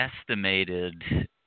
estimated